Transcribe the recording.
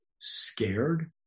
scared